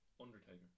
Undertaker